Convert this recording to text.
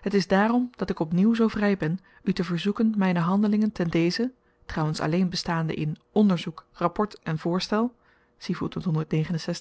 het is daarom dat ik op nieuw zoo vry ben u te verzoeken myne handelingen ten deze trouwens alleen bestaande in onderzoek rapport en voorstel wel